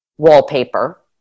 Wallpaper